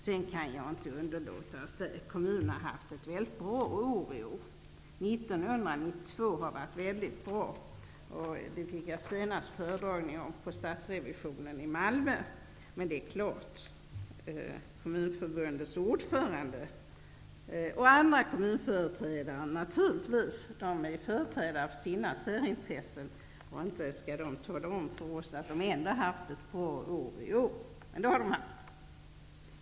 Jag kan inte underlåta att säga att kommunerna har haft ett bra år. 1992 har varit bra. Jag har fått en föredragning om detta av Stadsrevisionen i Malmö. Kommunförbundets ordförande och andra företrädare för kommunerna är naturligtvis företrädare för sina särintressen. De skulle inte tala om för oss att de ändå har haft ett bra år i år.